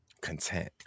content